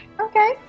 Okay